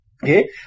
Okay